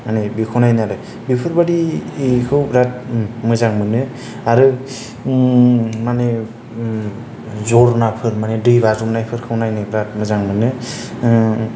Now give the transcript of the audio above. माने बेखौ नायो आरो बेफोरबायदि बेखौ बेराद मोजां मोनो आरो माने जरनाफोर माने दै बाज्रुमनायफोरखौ नायनो बेराद मोजां मोनो